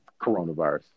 coronavirus